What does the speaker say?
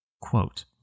Quote